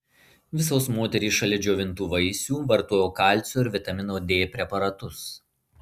visos moterys šalia džiovintų vaisių vartojo kalcio ir vitamino d preparatus